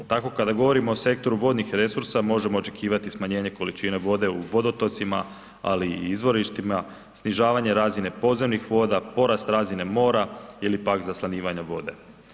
Tako kada govorimo o sektoru vodnih resursa možemo očekivati smanjenje količine vode u vodotocima, ali i izvorištima, snižavanje razine podzemnih voda, porast razine mora ili pak zaslanjivanja vode.